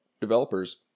developers